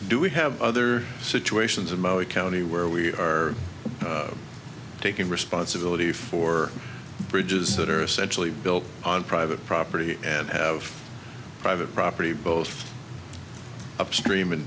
do we have other situations and our county where we are taking responsibility for bridges that are essentially built on private property and have private property both upstream